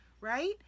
right